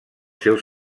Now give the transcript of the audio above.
seu